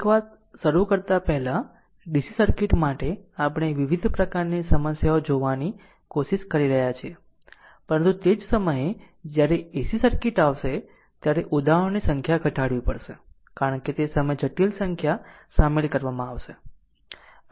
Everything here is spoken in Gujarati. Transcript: એક વાત શરૂ કરતા પહેલા DC સર્કિટ્સ માટે આપણે ઘણી વિવિધ પ્રકારની સમસ્યાઓ જોવાની કોશિશ કરી રહ્યા છીએ પરંતુ તે જ સમયે જ્યારે AC સર્કિટ આવશે ત્યારે ઉદાહરણોની સંખ્યા ઘટાડવી પડશે કારણ કે તે સમયે જટિલ સંખ્યા સામેલ કરવામાં આવશે